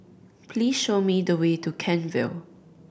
please show me the way to Kent Vale